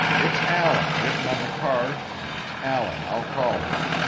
it's allan written on the card and it's allan i'll call him.